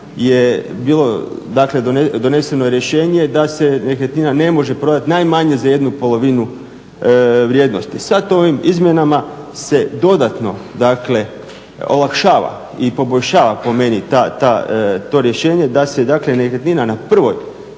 je doneseno rješenje da se nekretnina ne može prodat najmanje za jednu polovinu vrijednosti. Sad ovim izmjenama se dodatno dakle olakšava i poboljšava po meni to rješenje da se dakle nekretnina na prvoj